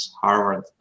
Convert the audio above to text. Harvard